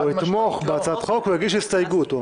לא, הוא יתמוך בהצעת החוק, הוא יגיש הסתייגות.